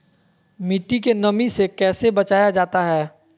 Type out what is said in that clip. मट्टी के नमी से कैसे बचाया जाता हैं?